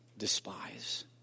despise